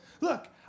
Look